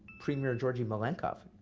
premier georgy malenkov,